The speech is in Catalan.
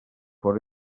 fora